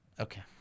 Okay